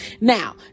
Now